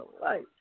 Right